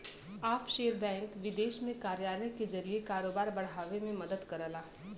offshore bank विदेश में कार्यालय के जरिए कारोबार बढ़ावे में मदद करला